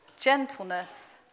Gentleness